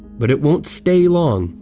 but it won't stay long.